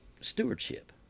stewardship